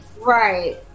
right